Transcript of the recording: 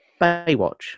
Baywatch